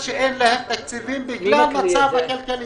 זה ילדים שמקבלים 30% ממה שמגיע להם במדינה.